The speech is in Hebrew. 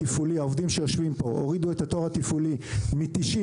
שיושבים פה הורידו את התור התפעולי מ-90